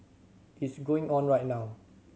it's going on right now